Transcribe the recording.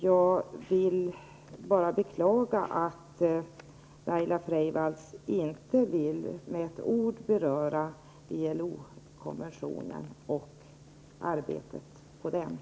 Jag beklagar alltså att Laila Freivalds inte med ett ord berör ILO-konventionen och det arbetet.